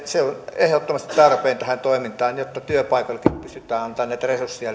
se on ehdottomasti tarpeen tähän toimintaan jotta työpaikoillekin pystytään antamaan näitä resursseja